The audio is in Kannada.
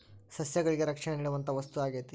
ಸಸ್ಯಗಳಿಗೆ ರಕ್ಷಣೆ ನೇಡುವಂತಾ ವಸ್ತು ಆಗೇತಿ